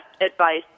Advice